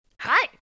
Hi